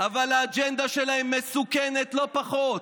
אבל האג'נדה שלהם מסוכנת לא פחות.